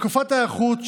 תקופת ההיערכות,